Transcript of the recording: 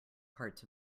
parts